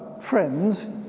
friends